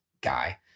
guy